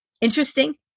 interesting